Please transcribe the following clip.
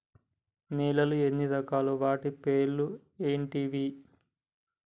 నేలలు ఎన్ని రకాలు? వాటి పేర్లు ఏంటివి?